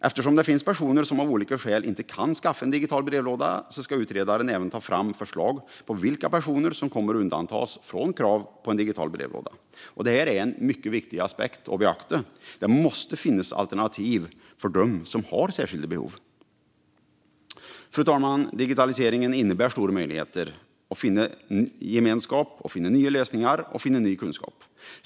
Eftersom det finns personer som av olika skäl inte kan skaffa en digital brevlåda ska utredaren även ta fram förslag på vilka personer som ska undantas från krav på en digital brevlåda. Detta är en mycket viktig aspekt att beakta. Det måste finnas alternativ för dem som har särskilda behov. Fru talman! Digitaliseringen innebär stora möjligheter att finna gemenskap, nya lösningar och ny kunskap.